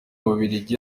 bubiligi